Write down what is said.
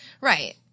right